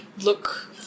look